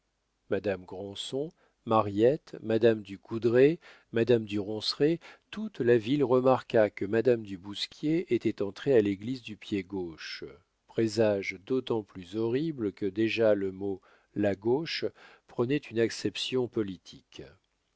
madame granson mariette madame du coudrai madame du ronceret toute la ville remarqua que madame du bousquier était entrée à l'église du pied gauche présage d'autant plus horrible que déjà le mot la gauche prenait une acception politique